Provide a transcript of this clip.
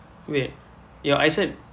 wait your eyesight